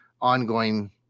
ongoing